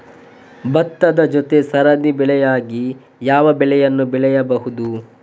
ಭತ್ತದ ಜೊತೆ ಸರದಿ ಬೆಳೆಯಾಗಿ ಯಾವ ಬೆಳೆಯನ್ನು ಬೆಳೆಯಬಹುದು?